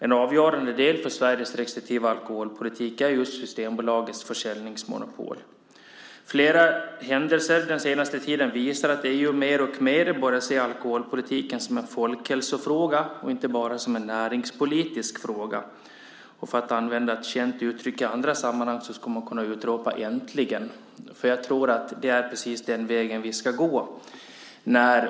En avgörande del för Sveriges restriktiva alkoholpolitik är just Systembolagets försäljningsmonopol. Flera händelser den senaste tiden visar att EU mer och mer börjar se alkoholpolitiken som en folkhälsofråga och inte bara som en näringspolitisk fråga. Och för att använda ett känt uttryck i andra sammanhang skulle man kunna utropa: äntligen! Jag tror nämligen att det är precis den vägen vi ska gå.